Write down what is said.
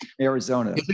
Arizona